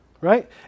Right